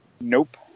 Nope